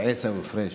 אל-וזיר עיסאווי פריג'